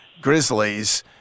grizzlies